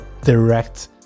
direct